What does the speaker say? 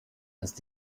ist